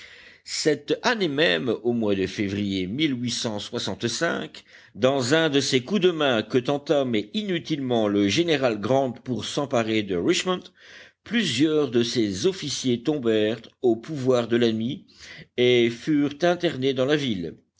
cette année même au mois de février dans un de ces coups de main que tenta mais inutilement le général grant pour s'emparer de richmond plusieurs de ses officiers tombèrent au pouvoir de l'ennemi et furent internés dans la ville